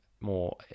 more